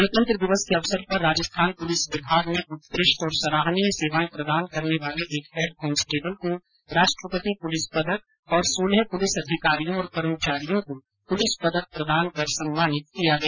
गणतन्त्र दिवस के अवसर पर राजस्थान पुलिस विभाग में उत्कृष्ट और सराहनीय सेवाएं प्रदान करने वाले एक हैड कांस्टेबल को राष्ट्रपति पुलिस पदक और सोलह पुलिस अधिकारियों और कर्मचारियों को पुलिस पदक प्रदान कर सम्मानित किया गया